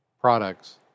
products